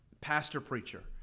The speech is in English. pastor-preacher